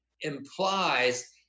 implies